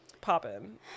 popping